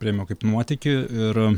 priėmiau kaip nuotykį ir